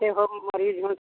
stay home मरीज़